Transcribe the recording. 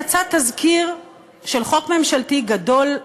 יצא תזכיר של חוק ממשלתי גדול,